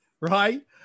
right